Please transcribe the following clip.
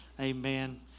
Amen